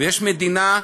ויש מדינה,